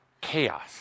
chaos